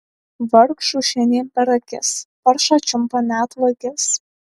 vargšų šiandien per akis paršą čiumpa net vagis